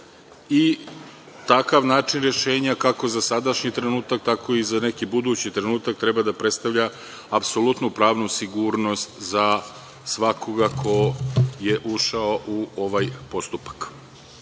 i takav način rešenja, kako za sadašnji trenutak, tako i za neki budući trenutak, treba da predstavlja apsolutnu pravnu sigurnost za svakoga ko je ušao u ovaj postupak. Pogotovo